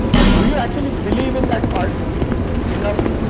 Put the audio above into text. but do you actually believe in that part enough?